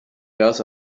else